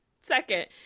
second